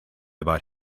about